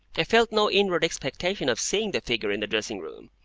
i felt no inward expectation of seeing the figure in the dressing-room,